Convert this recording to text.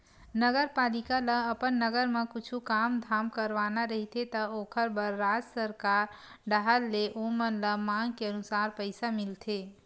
नगरपालिका ल अपन नगर म कुछु काम धाम करवाना रहिथे त ओखर बर राज सरकार डाहर ले ओमन ल मांग के अनुसार पइसा मिलथे